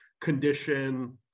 condition